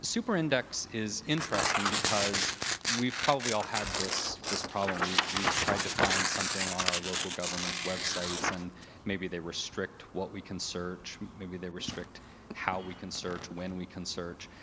super index is interesting because we've probably all had this this problem. we've we've tried to find something on our local government's websites. and maybe they restrict what we can search. maybe they restrict how we can search, when we can search.